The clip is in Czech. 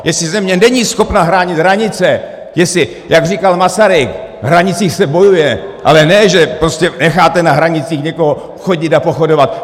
Jestli země není schopna chránit hranice, jestli, jak říkal Masaryk, v hranicích se bojuje, ale ne že prostě necháte na hranicích někoho chodit a pochodovat.